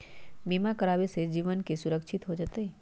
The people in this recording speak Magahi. बीमा करावे से जीवन के सुरक्षित हो जतई?